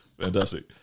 Fantastic